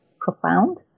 profound